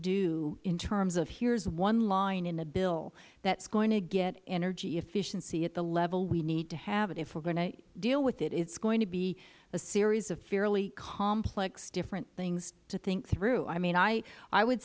do in terms of here is one line in the bill that is going to get energy efficiency at the level we need to have it if we are going to deal with it it is going to be a series of fairly complex different things to think through i mean i would